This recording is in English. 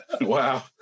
Wow